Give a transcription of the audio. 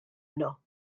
yno